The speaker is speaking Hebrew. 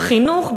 חינוך,